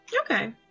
Okay